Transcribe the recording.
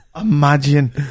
Imagine